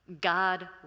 God